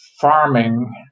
farming